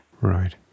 right